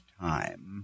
time